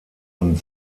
und